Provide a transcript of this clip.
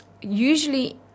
usually